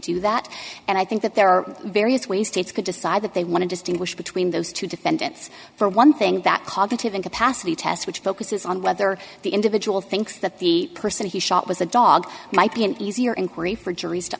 do that and i think that there are various ways states could decide that they want to distinguish between those two defendants for one thing that cognitive incapacity test which focuses on whether the individual thinks that the person he shot was a dog might be an easier inquiry for juries to